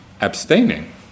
abstaining